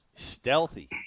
Stealthy